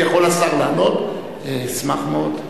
אם יכול השר לענות, אשמח מאוד,